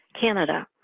Canada